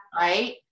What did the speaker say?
Right